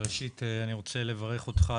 ראשית אני רוצה לברך אותך,